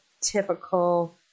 typical